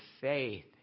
faith